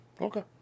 Okay